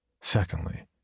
Secondly